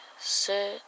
sit